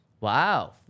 Wow